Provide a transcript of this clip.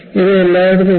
ഇത് എല്ലായിടത്തും ഉണ്ട്